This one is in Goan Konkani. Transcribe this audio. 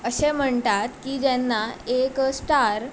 अशें म्हणटात की जेन्ना एक स्टार